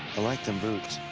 like them boots.